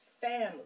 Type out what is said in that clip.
family